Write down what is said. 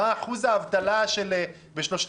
מה שצריך לעשות זה לקחת את אחוז האבטלה בשלושת